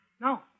No